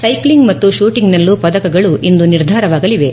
ಸ್ಕೆಕ್ಷಿಂಗ್ ಮತ್ತು ಶೂಟಿಂಗ್ನಲ್ಲೂ ಪದಕಗಳು ಇಂದು ನಿರ್ಧಾರವಾಗಲಿವೆ